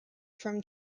from